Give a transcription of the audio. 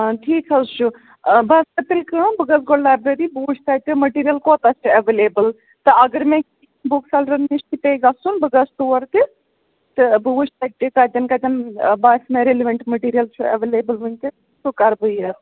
ٹھیٖک حَظ چھُ بہٕ حَظ کَر تیٚلہِ کٲم بہٕ گژھٕ گۄڈٕ لایبرٔری بہٕ وٕچھ تَتہِ مٔٹیٖریل کوتاہ چھُ اویلیبٕل تہٕ اگر مےٚ بُک سیلرَن نِش تہِ پٚیٚیہِ گژھُن بہٕ گژھٕ تور تہِ تہٕ بہٕ وٕچھ تَتہِ کَتین کَتین باسہِ مےٚ ریلوٮ۪نٛٹ مٔٹیٖریَل چھُ ایویلیبٕل وٕنکیس سُہ کَرٕ بہٕ یہِ